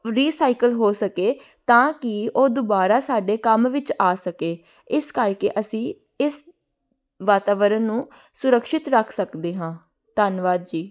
recycle ਹੋ ਸਕੇ ਤਾਂ ਕਿ ਉਹ ਦੁਬਾਰਾ ਸਾਡੇ ਕੰਮ ਵਿੱਚ ਆ ਸਕੇ ਇਸ ਕਰਕੇ ਅਸੀਂ ਇਸ ਵਾਤਾਵਰਨ ਨੂੰ ਸੁਰੱਖਿਅਤ ਰੱਖ ਸਕਦੇ ਹਾਂ ਧੰਨਵਾਦ ਜੀ